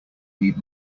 need